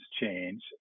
change